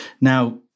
Now